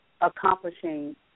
Accomplishing